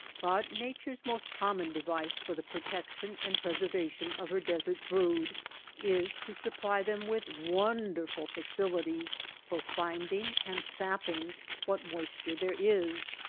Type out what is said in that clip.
but nature's most common device for the protection and preservation of her desert brood is to supply them with wonderful facilities for finding and sapping what moisture there is,